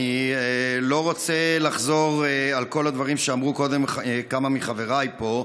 אני לא רוצה לחזור על כל הדברים שאמרו קודם כמה מחבריי פה.